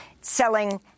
selling